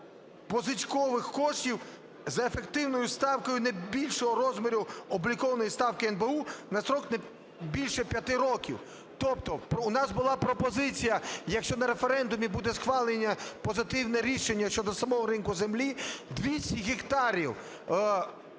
позичкових коштів за ефективною ставкою не більшою розміру облікової ставки НБУ на строк більше п'яти років". Тобто у нас була пропозиція, якщо на референдумі буде схвалено позитивне рішення щодо самого ринку землі, 200 гектарів